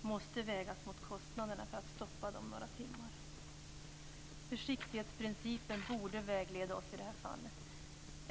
måste vägas mot kostnaderna för att stoppa reaktorerna några timmar. Försiktighetsprincipen borde vägleda oss i det här fallet.